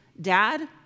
Dad